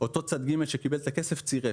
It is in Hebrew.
שאותו צד ג' שקיבל את הכסף צירף.